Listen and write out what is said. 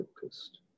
focused